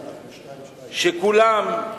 שכולם,